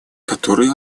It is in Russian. которые